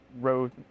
road